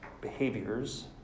behaviors